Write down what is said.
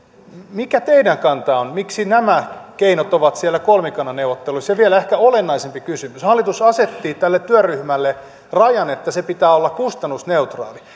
mikä teidän kantanne on miksi nämä keinot ovat siellä kolmikannan neuvotteluissa ja vielä ehkä olennaisempi kysymys hallitus asetti tälle työryhmälle rajan että sen pitää olla kustannusneutraali